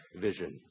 vision